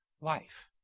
life